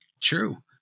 true